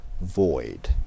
void